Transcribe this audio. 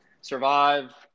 survive